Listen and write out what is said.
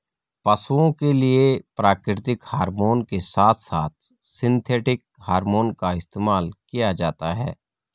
पशुओं के लिए भी प्राकृतिक हॉरमोन के साथ साथ सिंथेटिक हॉरमोन का इस्तेमाल किया जाता है